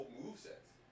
movesets